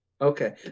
Okay